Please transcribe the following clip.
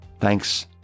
Thanks